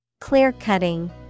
Clear-cutting